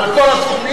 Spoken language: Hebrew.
על כל הסכומים,